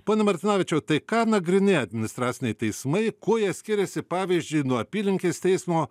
pone martinavičiau tai ką nagrinėja administraciniai teismai kuo jie skiriasi pavyzdžiui nuo apylinkės teismo